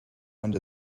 under